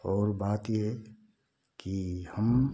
और बात यह कि हम